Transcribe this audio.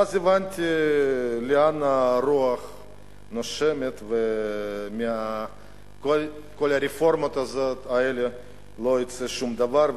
ואז הבנתי לאן הרוח נושבת ושמכל הרפורמות האלה לא יצא שום דבר.